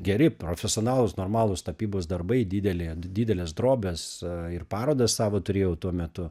geri profesionalūs normalūs tapybos darbai didelė didelės drobės ir parodą savo turėjau tuo metu